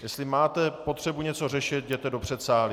Jestli máte potřebu něco řešit, jděte do předsálí.